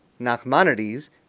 Nachmanides